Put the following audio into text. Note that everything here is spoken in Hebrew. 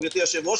גברתי היושבת-ראש,